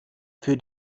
für